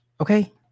Okay